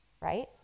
right